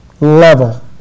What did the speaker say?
level